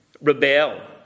rebel